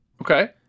Okay